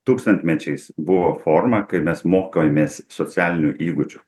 tūkstantmečiais buvo forma kai mes mokėmės socialinių įgūdžių